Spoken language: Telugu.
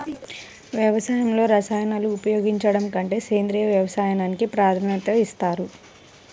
వ్యవసాయంలో రసాయనాలను ఉపయోగించడం కంటే సేంద్రియ వ్యవసాయానికి ప్రాధాన్యత ఇస్తారు